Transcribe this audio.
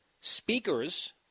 Speakers